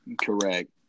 Correct